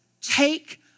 take